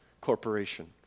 Corporation